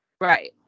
Right